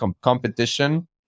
competition